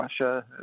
Russia